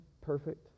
perfect